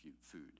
food